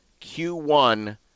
Q1